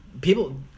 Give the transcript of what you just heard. people